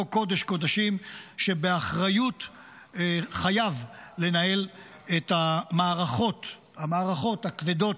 אותו קודש-קודשים שבאחריות חייב לנהל את המערכות הכבדות